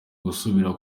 gusubira